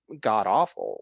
god-awful